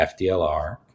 FDLR